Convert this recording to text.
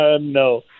No